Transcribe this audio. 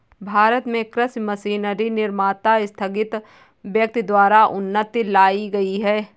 भारत में कृषि मशीनरी निर्माता स्थगित व्यक्ति द्वारा उन्नति लाई गई है